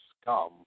scum